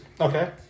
Okay